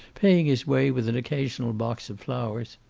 paying his way with an occasional box of flowers.